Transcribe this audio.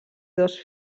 dos